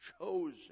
chosen